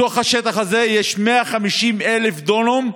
בתוך השטח הזה יש 150,000 דונם,